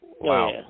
Wow